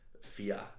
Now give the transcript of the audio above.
fear